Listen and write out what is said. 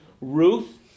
Ruth